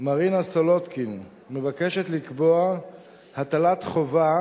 מרינה סולודקין מבקשת לקבוע הטלת חובה